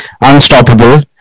unstoppable